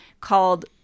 called